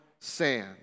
sand